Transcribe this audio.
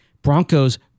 Broncos